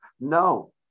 No